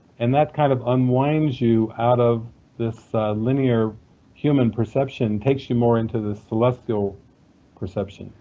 and that kind of unwinds you out of this linear human perception takes you more into the celestial perception.